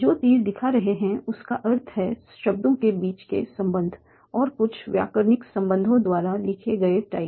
जो तीर दिखा रहे हैं उसका अर्थ है शब्दों के बीच के संबंध और कुछ व्याकरणिक संबंधों द्वारा लिखे गए टाइप